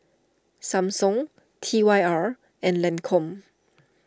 Samsung T Y R and Lancome